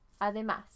además